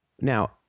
Now